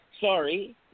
sorry